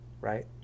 right